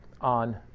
on